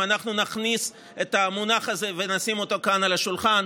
אם אנחנו נכניס את המונח הזה ונשים אותו כאן על השולחן.